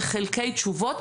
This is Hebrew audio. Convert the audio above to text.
וחלקי תשובות,